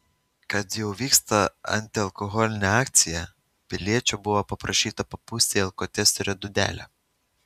kad jau vyksta antialkoholinė akcija piliečio buvo paprašyta papūsti į alkotesterio dūdelę